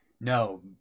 No